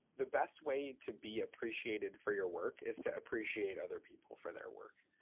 the best way to be appreciated for your work is to appreciate other people for their work.